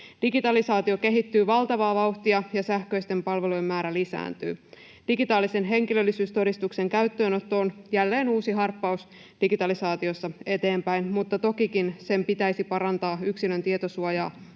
Digitalisaatio kehittyy valtavaa vauhtia, ja sähköisten palvelujen määrä lisääntyy. Digitaalisen henkilöllisyystodistuksen käyttöönotto on jälleen uusi harppaus eteenpäin digitalisaatiossa, mutta tokikin sen pitäisi parantaa yksilön tietosuojaa